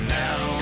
now